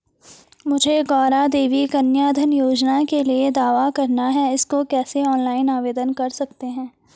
मुझे गौरा देवी कन्या धन योजना के लिए दावा करना है इसको कैसे ऑनलाइन आवेदन कर सकते हैं?